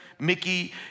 Mickey